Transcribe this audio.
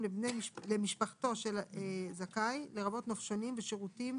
מותאמים יינתנו לזכאי לפי תוכנית מענים